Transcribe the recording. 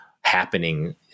happening